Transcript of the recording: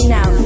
Now